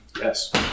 Yes